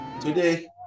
Today